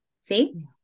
See